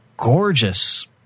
Gorgeous